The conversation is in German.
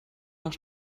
nach